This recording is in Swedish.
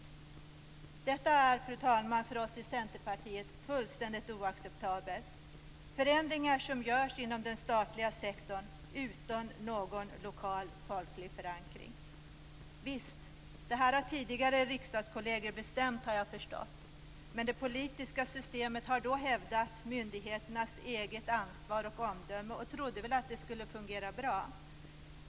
Detta är, fru talman, fullständigt oacceptabelt för oss i Centerpartiet. Det handlar om förändringar som görs inom den statliga sektorn utan någon lokal folklig förankring. Det här har tidigare riksdagskolleger bestämt, har jag förstått. Men det politiska systemet har då hävdat myndigheternas eget ansvar och omdöme. Man trodde väl att det skulle fungera bra.